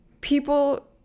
People